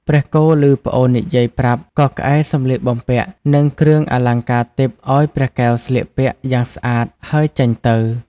ព្រះគោឮប្អូននិយាយប្រាប់ក៏ក្អែសម្លៀកបំពាក់ និងគ្រឿងអលង្ការទិព្វឲ្យព្រះកែវស្លៀកពាក់យ៉ាងស្អាត ហើយចេញទៅ។